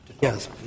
Yes